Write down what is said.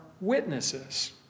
witnesses